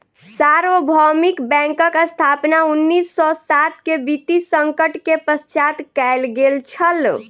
सार्वभौमिक बैंकक स्थापना उन्नीस सौ सात के वित्तीय संकट के पश्चात कयल गेल छल